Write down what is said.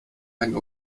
ein